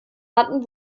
hatten